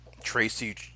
tracy